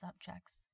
subjects